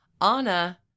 Anna